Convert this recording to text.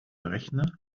rechner